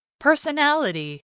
Personality